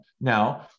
Now